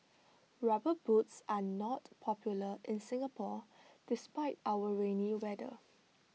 rubber boots are not popular in Singapore despite our rainy weather